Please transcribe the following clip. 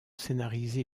scénarisé